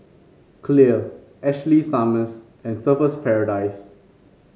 Clear Ashley Summers and Surfer's Paradise